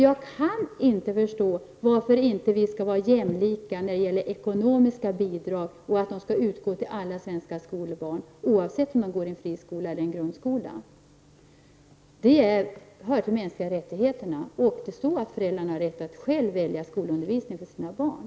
Jag kan inte förstå varför det inte skall vara jämlikhet i fråga om ekonomiska bidrag, varför inte bidrag skall utgå till alla svenska skolbarn, oavsett om de går i en friskola eller en vanlig grundskola. Det hör till de mänskliga rättigheterna att föräldrarna själva skall få välja skolundervisning för sina barn.